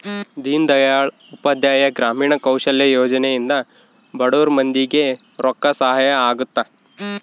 ದೀನ್ ದಯಾಳ್ ಉಪಾಧ್ಯಾಯ ಗ್ರಾಮೀಣ ಕೌಶಲ್ಯ ಯೋಜನೆ ಇಂದ ಬಡುರ್ ಮಂದಿ ಗೆ ರೊಕ್ಕ ಸಹಾಯ ಅಗುತ್ತ